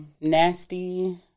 Nasty